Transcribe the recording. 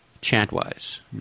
chant-wise